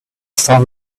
sun